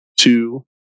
two